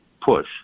push